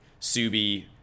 Subi